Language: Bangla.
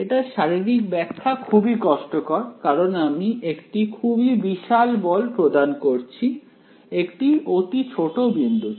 এটার শারীরিক ব্যাখ্যা খুবই কষ্টকর কারণ আমি একটি খুবই বিশাল বল প্রদান করছি একটি অতি ছোট বিন্দুতে